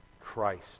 Christ